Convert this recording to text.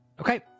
Okay